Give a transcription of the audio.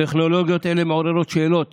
הטכנולוגיות האלה מעוררות שאלות